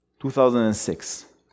2006